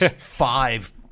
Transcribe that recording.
five